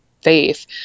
faith